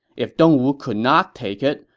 if dongwu could not take it,